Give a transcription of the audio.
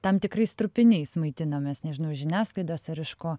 tam tikrais trupiniais maitinomės nežinau iš žiniasklaidos ar iš ko